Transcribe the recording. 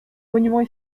monuments